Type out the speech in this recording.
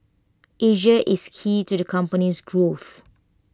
Asia is key to the company's growth